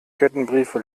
kettenbriefe